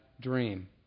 dream